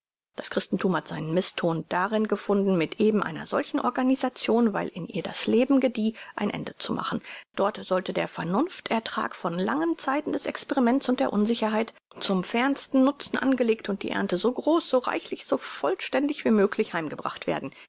das christenthum hat seine misston darin gefunden mit eben einer solchen organisation weil in ihr das leben gedieh ein ende zu machen dort sollte der vernunft ertrag von langen zeiten des experiments und der unsicherheit zum fernsten nutzen angelegt und die ernte so groß so reichlich so vollständig wie möglich heimgebracht werden